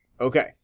Okay